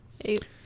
eight